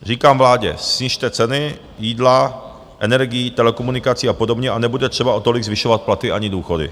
Říkám vládě, snižte ceny jídla, energií, telekomunikací a podobně a nebude třeba o tolik zvyšovat platy ani důchody.